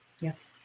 yes